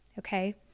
Okay